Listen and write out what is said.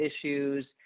issues